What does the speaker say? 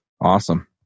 Awesome